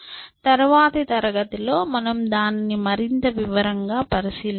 తరువాతి తరగతిలో మనము దానిని మరింత వివరంగా పరిశీలిస్తాము